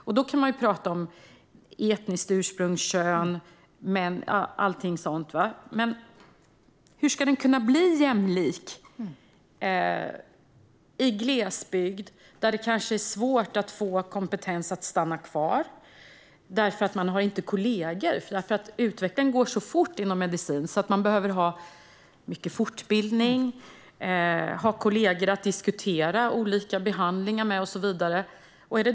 Man kan prata om etniskt ursprung, kön och allting sådant. Men hur ska vården kunna bli jämlik i glesbygd där det kan vara svårt att få kompetent personal att stanna kvar eftersom de inte har kollegor? Utvecklingen inom medicin går så fort, och man behöver ha mycket fortbildning och kollegor att diskutera olika behandlingar med och så vidare.